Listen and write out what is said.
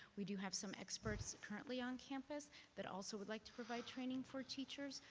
we do have some experts currently on campus that also would like to provide training for teachers.